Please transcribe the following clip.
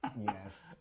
Yes